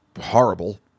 horrible